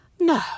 no